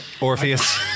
Orpheus